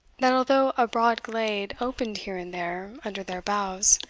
that although a broad glade opened here and there under their boughs,